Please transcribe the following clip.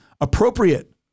appropriate